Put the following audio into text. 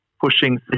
pushing